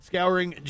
Scouring